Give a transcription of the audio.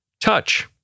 touch